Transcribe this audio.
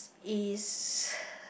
is